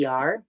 PR